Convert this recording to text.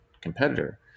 competitor